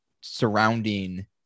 surrounding